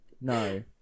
No